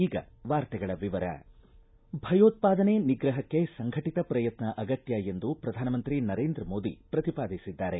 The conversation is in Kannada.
ಈಗ ವಾರ್ತೆಗಳ ವಿವರ ಭಯೋತ್ಪಾದನೆ ನಿಗ್ರಹಕ್ಕೆ ಸಂಘಟಿತ ಪ್ರಯತ್ನ ಅಗತ್ತ ಎಂದು ಪ್ರಧಾನಮಂತ್ರಿ ನರೇಂದ್ರ ಮೋದಿ ಪ್ರತಿಪಾದಿಸಿದ್ದಾರೆ